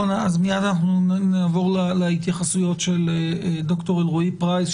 מיד נעבור להתייחסות של ד"ר אלרעי פרייס,